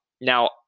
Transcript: Now